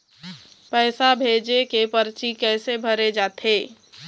पैसा भेजे के परची कैसे भरे जाथे?